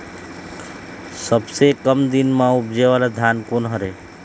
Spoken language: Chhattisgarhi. सबसे कम दिन म उपजे वाला धान कोन हर ये?